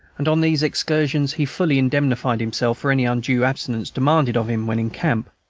and on these excursions he fully indemnified himself for any undue abstinence demanded of him when in camp.